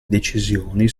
decisioni